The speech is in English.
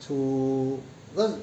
to cause